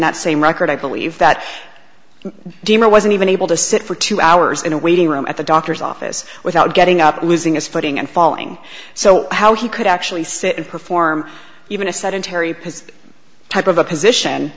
that same record i believe that dinner wasn't even able to sit for two hours in a waiting room at the doctor's office without getting up losing his footing and falling so how he could actually sit and perform even a sedentary type of a position